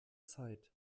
zeit